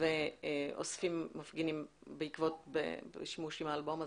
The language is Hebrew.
ואוספים מפגינים בעקבות שימוש באלבום הזה.